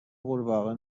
قورباغه